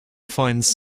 finds